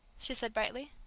she said brightly.